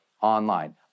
online